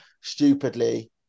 stupidly